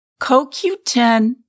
CoQ10